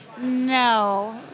No